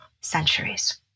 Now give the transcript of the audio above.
centuries